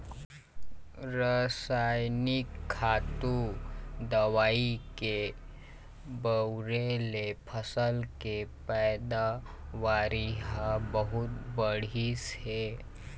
रसइनिक खातू, दवई के बउरे ले फसल के पइदावारी ह बहुत बाढ़िस हे